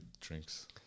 drinks